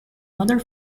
other